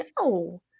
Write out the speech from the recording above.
No